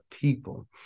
people